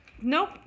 nope